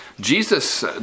Jesus